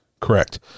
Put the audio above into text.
Correct